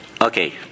Okay